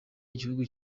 igihugu